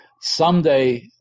someday